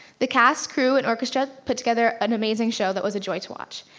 the cast, crew, and orchestra put together an amazing show that was a joy to watch.